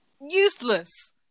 useless